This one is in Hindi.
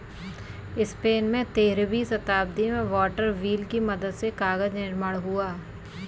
स्पेन में तेरहवीं शताब्दी में वाटर व्हील की मदद से कागज निर्माण हुआ